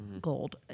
gold